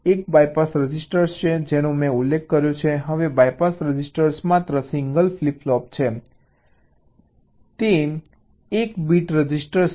એક BYPASS register છે જેનો મેં ઉલ્લેખ કર્યો છે હવે BYPASS રજિસ્ટર માત્ર સિંગલ ફ્લિપ ફ્લોપ છે તે 1 બીટ રજિસ્ટર છે